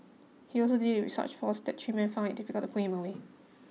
he also did it with such force that three men found it difficult to pull him away